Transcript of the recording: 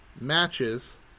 matches